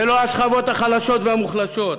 זה לא השכבות החלשות והמוחלשות,